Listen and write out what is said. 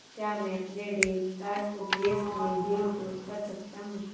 क्या मैं अपने डेबिट कार्ड को विदेश में भी उपयोग कर सकता हूं?